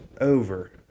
Over